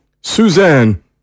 Suzanne